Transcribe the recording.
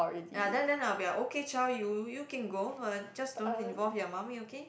ya then then I'll be like okay child you you can go uh just don't involve your mummy okay